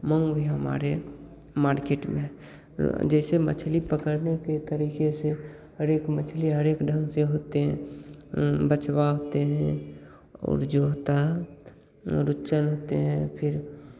मोह भी हमारे मार्केट में जैसे मछली पकड़ने के तरीके से हर एक मछली हर एक ढंग से होते हैं बचवा होते हैं और जो होता है रुच्चन होते हैं फिर